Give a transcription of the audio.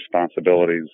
responsibilities